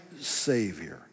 Savior